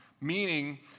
Meaning